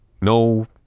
No